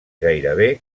gairebé